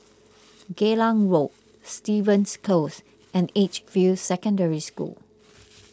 Geylang Road Stevens Close and Edgefield Secondary School